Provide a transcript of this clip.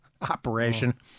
operation